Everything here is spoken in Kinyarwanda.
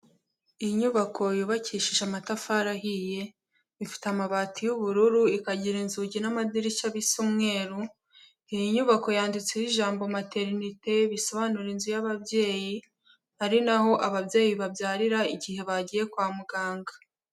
Inyubako yubakishije amatafari ahiye, ifite amabati y'ubururu ikagira inzugi n'amadirishya bisa umweru, iyi nyubako yanditseho ijambo Maternite, bisobanura inzu y'ababyeyi, ari na ho ababyeyi babyarira igihe bagiye kwa muganga.